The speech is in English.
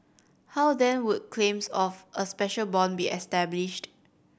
how then would claims of a special bond be established